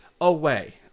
away